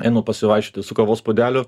einu pasivaikščioti su kavos puodeliu